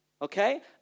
Okay